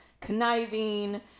conniving